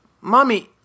Mommy